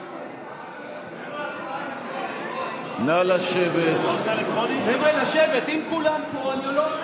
חברות וחברי הכנסת, נא לשבת כדי שאנחנו נוכל לעבור